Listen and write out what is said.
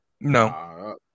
No